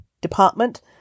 department